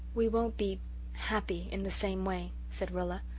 we won't be happy in the same way, said rilla.